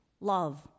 love